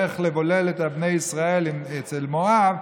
איך לבולל את בני ישראל אצל מואב,